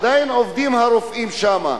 עדיין הרופאים עובדים שם.